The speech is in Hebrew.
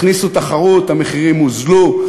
הכניסו תחרות, המחירים ירדו.